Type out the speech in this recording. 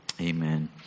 Amen